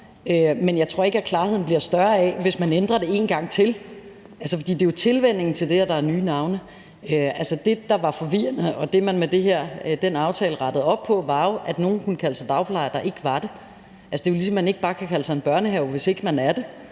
men jeg tror ikke, at klarheden bliver større af, at man ændrer det en gang til, fordi det jo er tilvænningen til nye navne, der tager tid. Altså, det, der var forvirrende, og det, man med den aftale rettede op på, var jo, at nogle kunne kalde sig dagplejere, der ikke var det. Det er jo, ligesom man ikke bare kan kalde sig for en børnehave, hvis ikke man er det,